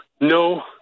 No